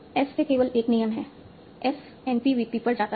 S से केवल एक नियम है S NP VP पर जाता है